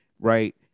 Right